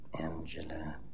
Angela